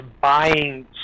buying